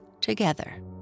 together